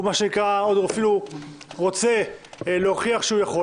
גם אפילו רוצה להוכיח שהוא יכול,